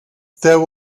there